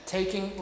Taking